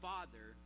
Father